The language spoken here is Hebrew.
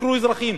חקרו אזרחים.